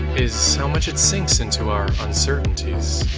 is how much it sinks into our uncertainties.